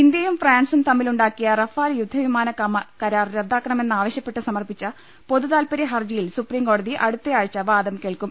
ഇന്തൃയും ഫ്രാൻസും തമ്മിലുണ്ടാക്കിയ റഫാൽ യുദ്ധവി മാന കരാർ റദ്ദാക്കണമെന്നാവശ്യപ്പെട്ട് സമർപ്പിച്ച പൊതുതാ ത്പര്യ ഹർജിയിൽ സൂപ്രീംകോടതി അടുത്ത ആഴ്ച വാദം കേൾക്കും